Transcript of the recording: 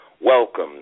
welcome